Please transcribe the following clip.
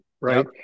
right